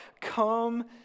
Come